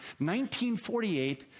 1948